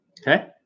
okay